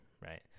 right